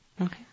Okay